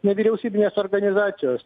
nevyriausybinės organizacijos